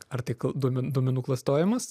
ar tai kl duomen duomenų klastojimas